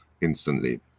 instantly